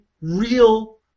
real